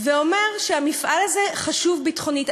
האומר שהמפעל הזה חשוב ביטחונית.